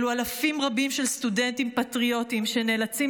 אלה אלפים רבים של סטודנטים פטריוטים שנאלצים